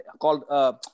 called